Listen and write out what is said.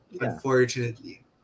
unfortunately